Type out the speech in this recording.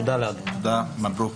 מברוק.